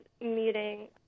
meeting